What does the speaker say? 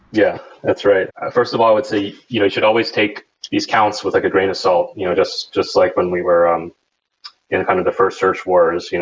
yeah, that's right. first of all, i would say you should always take these accounts with a good grain of salt, you know just just like when we were um yeah kind of the first search wars. you know